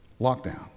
lockdown